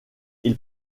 ils